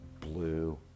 blue